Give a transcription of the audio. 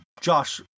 Josh